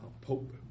Pope